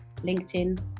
linkedin